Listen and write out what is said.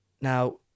Now